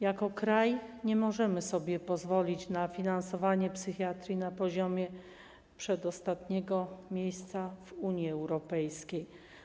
Jako kraj nie możemy sobie pozwolić na finansowanie psychiatrii na poziomie przedostatniego miejsca w Unii Europejskiej.